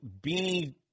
Beanie